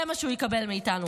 זה מה שהוא יקבל מאיתנו.